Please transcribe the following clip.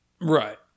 Right